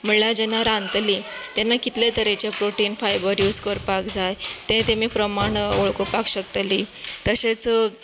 म्हणल्यार जेन्ना रांदतली तेन्ना कितलें तरेचे प्रोटीन फायबर यूज करपाक जाय तें तांणी प्रमाण वळखुपाक शकतली तशेंच